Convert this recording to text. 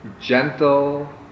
gentle